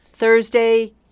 Thursday